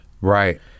Right